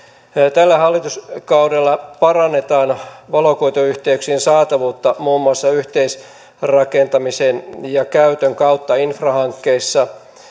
tällä hallituskaudella parannetaan valokuituyhteyksien saatavuutta muun muassa yhteisrakentamisen ja käytön kautta infrahankkeissa